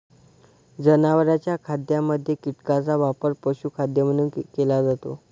जनावरांच्या खाद्यामध्ये कीटकांचा वापर पशुखाद्य म्हणून केला जातो